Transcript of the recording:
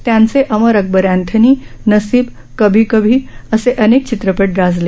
त्यांचे अमर अकबर अँथनी नसीब कभी कभी असे अनेक चित्रपट गाजले